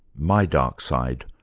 my dark side,